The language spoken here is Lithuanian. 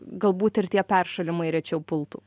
galbūt ir tie peršalimai rečiau pultų